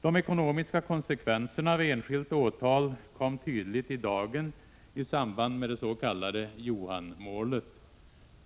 De ekonomiska konsekvenserna vid enskilt åtal kom tydligt i dagen i samband med det s.k. Johanmålet.